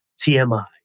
TMI